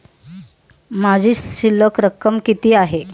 माझी शिल्लक रक्कम किती आहे?